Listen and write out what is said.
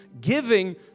giving